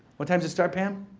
what time's it start, pam?